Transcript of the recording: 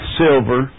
silver